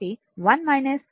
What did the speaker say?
కాబట్టి 1 4